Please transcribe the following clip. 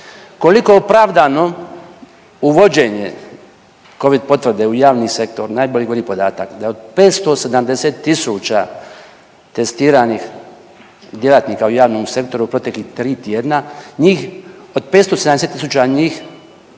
Koliko je opravdano uvođenje covid potvrde u javni sektor najbolje govori podatak da je od 570 tisuća testiranih djelatnika u javnom sektoru u proteklih 3 tjedna njih od 570 tisuća njih